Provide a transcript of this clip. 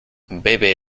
bebe